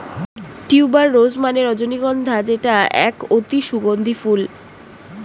tuber rose মানে রজনীগন্ধা যেটা এক অতি সুগন্ধি ফুল